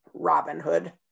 Robinhood